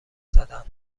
زدن